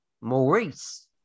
Maurice